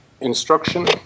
instruction